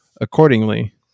accordingly